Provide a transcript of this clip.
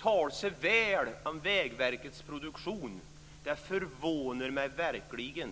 tala väl om Vägverket Produktion förvånade mig verkligen.